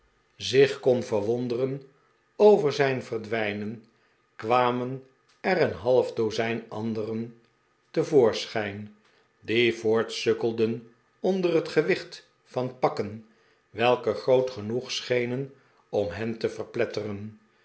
zich kon verwonderen over zijn verdwijnen kwa men er een half dozijn andere te voorschijn die voortsukkelden onder het gewicht van pakken welke groot genoeg schenen om hen te verpletteren